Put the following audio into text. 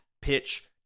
pitch